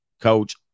coach